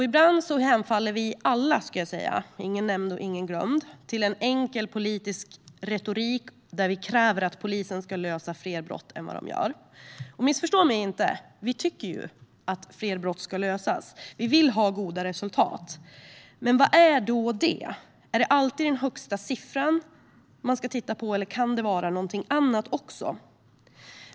Ibland hemfaller vi alla - ingen nämnd och ingen glömd - till en enkel politisk retorik där vi kräver att polisen ska lösa fler brott än vad de gör. Missförstå mig inte; vi tycker att fler brott ska lösas, och vi vill ha goda resultat. Men vad är det? Är det alltid den högsta siffran vi ska titta på, eller kan det vara fråga om något annat också?